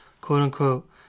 quote-unquote